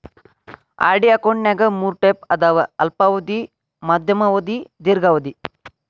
RD ಅಕೌಂಟ್ನ್ಯಾಗ ಮೂರ್ type ಅದಾವ ಅಲ್ಪಾವಧಿ ಮಾಧ್ಯಮ ಅವಧಿ ಮತ್ತ ದೇರ್ಘಾವಧಿ